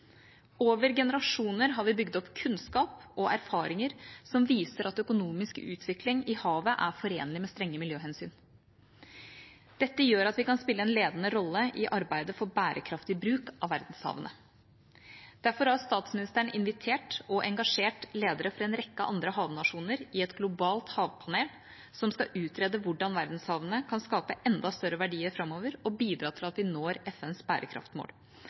Over generasjoner har vi bygget opp kunnskap og erfaringer som viser at økonomisk utvikling i havet er forenlig med strenge miljøhensyn. Dette gjør at vi kan spille en ledende rolle i arbeidet for bærekraftig bruk av verdenshavene. Derfor har statsministeren invitert og engasjert ledere for en rekke andre havnasjoner i et globalt havpanel som skal utrede hvordan verdenshavene kan skape enda større verdier framover, og bidra til at vi når FNs bærekraftsmål.